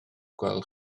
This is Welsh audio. gweld